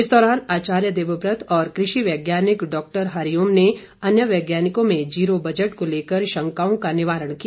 इस दौरान आर्चाय देवव्रत और कृषि वैज्ञानिक डॉक्टर हरिओम ने अन्य वैज्ञानिकों में जीरो बजट को लेकर शंकाओं का निवारण किया